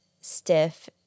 stiff